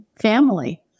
family